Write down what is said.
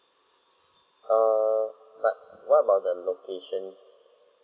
err but what about the locations